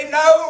no